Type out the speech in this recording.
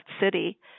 city